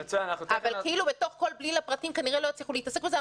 אבל בתוך כל בליל הפרטים כנראה לא הצליחו לעסוק בזה,